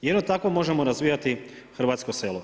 Jedino tako možemo razvijati hrvatsko selo.